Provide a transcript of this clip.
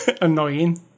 annoying